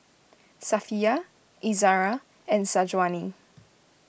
Safiya Izara and Syazwani